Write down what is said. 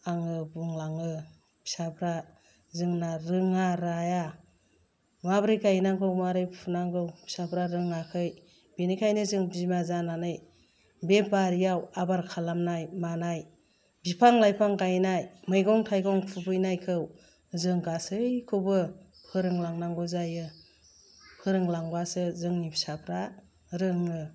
आङो बुंलाङो फिसाफ्रा जोंना रोङा राया माब्रै गाइनांगौ मारै फुनांगौ फिसाफ्रा रोङाखै बेनिखायनो जों बिमा जानानै बे बारियाव आबार खालामनाय मानाय बिफां लाइफां गाइनाय मैगं थाइगं खुबैनायखौ जों गासैखौबो फोरोंलांनांगौ जायो फोरोंलांबासो जोंनि फिसाफ्रा रोङो